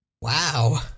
Wow